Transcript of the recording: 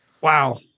Wow